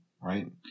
right